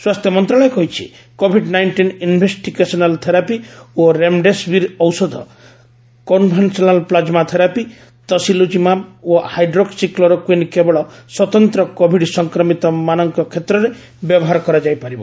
ସ୍ୱାସ୍ଥ୍ୟ ମନ୍ତ୍ରଣାଳୟ କହିଛି କୋଭିଡ୍ ନାଇଷ୍ଟିନ୍ ଇନ୍ଭେଷ୍ଟିକେସନାଲ୍ ଥେରାପି ଓ ରେମ୍ଡେସ୍ବୀର ଔଷଧ କନ୍ଭାଲସେଣ୍ଟ ପ୍ଲାଜମା ଥେରାପି ତସିଲୁଜିମାବ୍ ଓ ହାଇଡ୍ରୋକ୍ସି କ୍ଲୋରୋକୁଇନ୍ କେବଳ ସ୍ୱତନ୍ତ୍ର କୋଭିଡ୍ ସଂକ୍ରମିତମାନଙ୍କ କ୍ଷେତ୍ରରେ ବ୍ୟବହାର କରାଯାଇ ପାରିବ